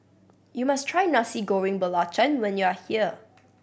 you must try Nasi Goreng Belacan when you are here